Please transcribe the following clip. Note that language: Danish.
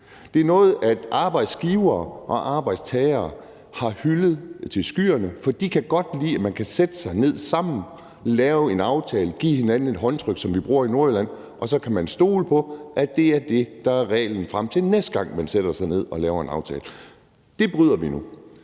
Den er noget, arbejdsgivere og arbejdstagere har hyldet og rost til skyerne, for de kan godt lide, at man kan sætte sig ned sammen, lave en aftale, give hinanden et håndtryk, sådan som vi bruger at gøre i Nordjylland, og så kan man stole på, at det er det, der er reglen frem til næste gang, man sætter sig ned og laver en aftale. Det bryder vi med